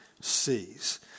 sees